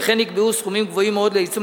וכן נקבעו סכומים גבוהים מאוד לעיצום